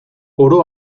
oro